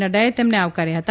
નહાએ તેમને આવકાર્યા હતા